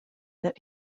that